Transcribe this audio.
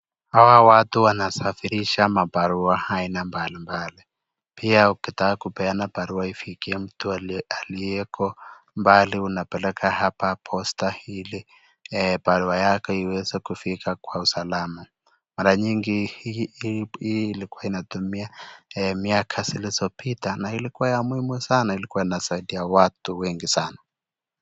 Hawa watu wanasafirisha mabarua aina mbali mbali pia ukitaka kupeana barua ikifikie mtu aliyeko mbali unapeleka hapa posta hili barua yako iweze kufika kwa usalama. Mara mingi hii ilikuwa inatumika miaka zilizopita na ilikuwa ya muhimu sana ilikuwa inasaidia watu wengi sana.